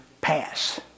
pass